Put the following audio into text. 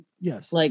yes